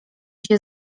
się